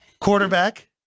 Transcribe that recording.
Quarterback